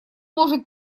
может